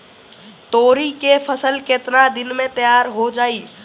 तोरी के फसल केतना दिन में तैयार हो जाई?